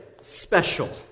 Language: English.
special